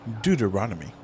Deuteronomy